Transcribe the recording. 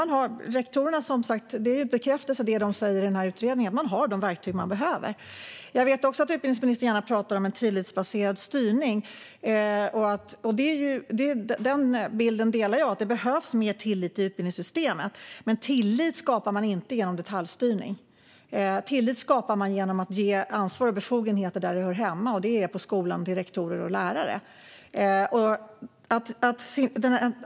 Detta bekräftas av vad rektorerna säger i denna utredning, nämligen att de har de verktyg de behöver. Jag vet också att utbildningsministern gärna pratar om en tillitsbaserad styrning. Jag delar bilden av att det behövs mer tillit i utbildningssystemet. Men tillit skapas inte genom detaljstyrning. Tillit skapas genom att ge ansvar och befogenheter där de hör hemma, det vill säga på skolan hos rektorer och lärare.